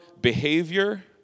behavior